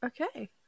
okay